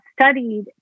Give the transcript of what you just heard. studied